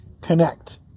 connect